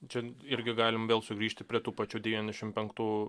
čia irgi galim vėl sugrįžti prie tų pačių devyniasdešimt penktų